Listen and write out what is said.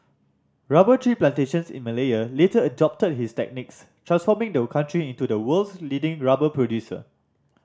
rubber tree plantations in Malaya later adopted his techniques transforming the country into the world's leading rubber producer